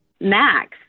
Max